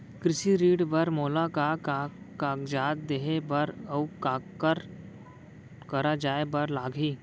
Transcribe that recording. कृषि ऋण बर मोला का का कागजात देहे बर, अऊ काखर करा जाए बर लागही?